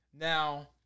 Now